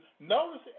notice